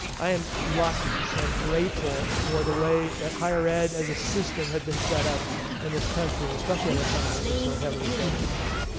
i am lucky, and i'm grateful for the way that higher ed as a system had been set up in this country and especially at a time when it was so heavily subsidized.